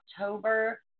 October